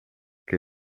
che